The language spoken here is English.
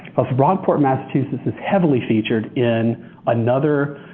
rockport, massachusetts is heavily featured in another